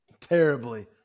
Terribly